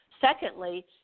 Secondly